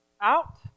out